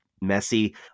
messy